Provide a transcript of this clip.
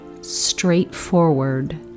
straightforward